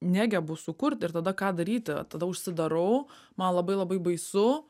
negebu sukurt ir tada ką daryti tada užsidarau man labai labai baisu